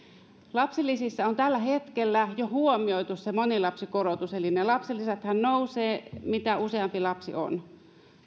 lapsilisissä on tällä hetkellä jo huomioitu monilapsikorotus eli lapsilisäthän nousevat mitä useampi lapsi on